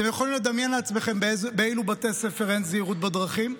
אתם יכולים לדמיין לעצמכם באילו בתי ספר אין זהירות בדרכים,